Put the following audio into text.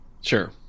Sure